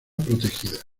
protegida